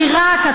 נתניהו, בעיראק.